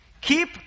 Keep